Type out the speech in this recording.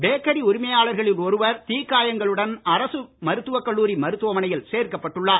bakery உரிமையாளர்களில் ஒருவர் தீக்காயங்களுடன் அரசு மருத்துவக் கல்லூரி மருத்துவமனையில் சேர்க்கப்பட்டுள்ளார்